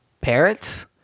parrots